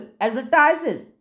advertises